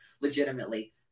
legitimately